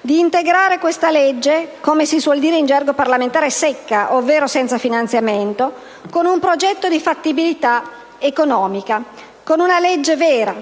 integrare questa legge "secca", come si suol dire in gergo parlamentare, ovvero senza finanziamento, con un progetto di fattibilità economica. Con una legge vera,